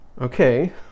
Okay